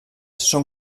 són